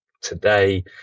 today